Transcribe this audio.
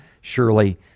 Surely